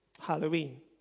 Halloween